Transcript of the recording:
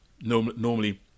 normally